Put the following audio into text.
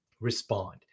respond